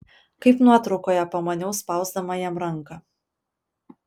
kaip nuotraukoje pamaniau spausdama jam ranką